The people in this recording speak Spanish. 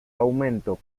aumento